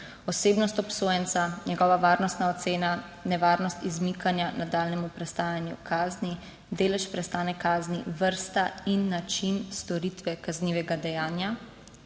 osebnost obsojenca, njegova varnostna ocena, nevarnost izmikanja nadaljnjemu prestajanju kazni, delež prestane kazni, vrsta in način storitve kaznivega dejanja,